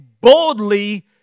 boldly